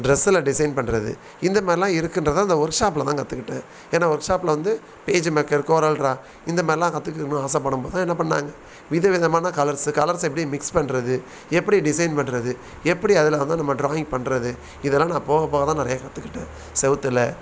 ட்ரெஸ்ஸில் டிசைன் பண்ணுறது இந்த மாதிரிலாம் இருக்குங்றத அந்த ஒர்க் ஷாப்பில் தான் கற்றுக்கிட்டேன் ஏன்னால் ஒர்க் ஷாப்பில் வந்து பேஜு மேக்கர் கோரல் ட்ரா இந்த மாரிலாம் கற்றுதுக்க இன்னும் ஆசைப்படம் போது என்ன பண்ணிணாங்க வித விதமான கலர்ஸு கலர்ஸ் எப்படி மிக்ஸ் பண்ணுறது எப்படி டிசைன் பண்ணுறது எப்படி அதில் வந்து நம்ம ட்ராயிங் பண்ணுறது இதெல்லாம் நான் போக போக தான் நிறைய கற்றுக்கிட்டேன் சுவுத்துல